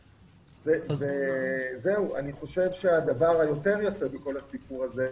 אני חושב שהדבר היותר יפה בכל הסיפור הזה,